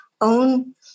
own